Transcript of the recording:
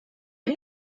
but